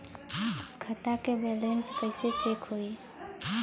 खता के बैलेंस कइसे चेक होई?